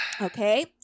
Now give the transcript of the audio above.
Okay